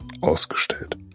ausgestellt